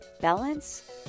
balance